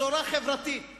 בשורה חברתית.